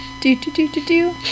Do-do-do-do-do